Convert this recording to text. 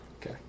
Okay